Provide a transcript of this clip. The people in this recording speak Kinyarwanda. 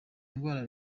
ndwara